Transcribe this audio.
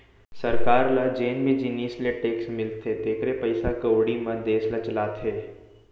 सरकार ल जेन भी जिनिस ले टेक्स मिलथे तेखरे पइसा कउड़ी म देस ल चलाथे